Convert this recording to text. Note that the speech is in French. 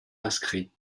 inscrits